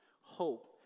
Hope